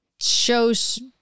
shows